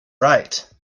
right